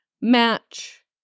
match